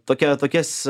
tokia tokias